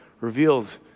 reveals